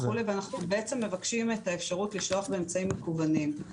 ואנחנו בעצם מבקשים את האפשרות לשלוח באמצעים מקוונים,